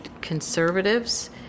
conservatives